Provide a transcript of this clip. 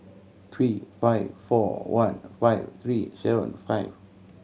three five four one five three seven five